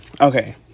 okay